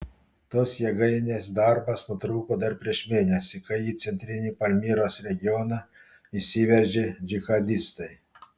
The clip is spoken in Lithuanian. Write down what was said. tos jėgainės darbas nutrūko dar prieš mėnesį kai į centrinį palmyros regioną įsiveržė džihadistai